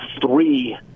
three